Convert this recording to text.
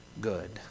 good